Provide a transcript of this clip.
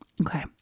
Okay